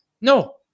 No